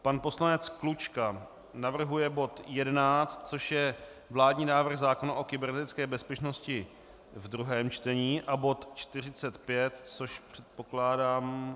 Pan poslanec Klučka navrhuje bod 11, což je vládní návrh zákona o kybernetické bezpečnosti ve druhém čtení, a bod 45, což, předpokládám...